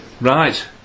right